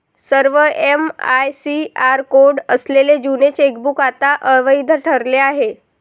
सर्व MICR code असलेले जुने चेकबुक आता अवैध ठरले आहे